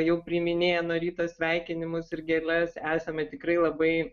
jau priiminėja nuo ryto sveikinimus ir gėles esame tikrai labai